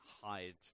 hide